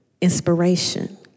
inspiration